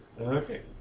Okay